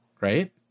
right